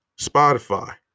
Spotify